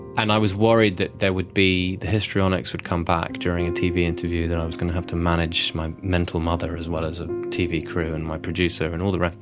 and i was worried that there would be, the histrionics would come back during the tv interview, that i was going to have to manage my mental mother as well as a tv crew and my producer and all the rest.